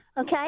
Okay